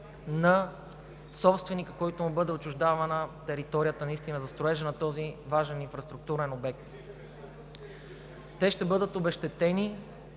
на собствениците, на които е отчуждавана територията за строежа на този важен инфраструктурен обект. Те ще бъдат обезщетени